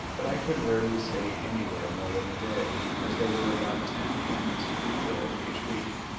but i could rarely stay anywhere more than a day, as there were about ten appointments to be filled each week,